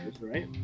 right